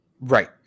Right